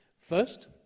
First